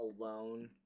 alone